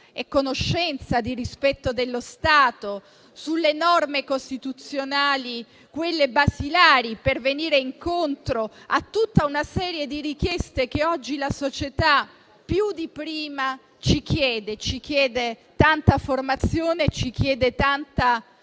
e conoscenza di rispetto dello Stato, sulle norme costituzionali basilari per andare incontro a tutta una serie di richieste che oggi la società, più di prima, ci chiede. Ci chiede tanta formazione e tanta